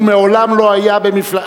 הוא מעולם לא היה במפלגה,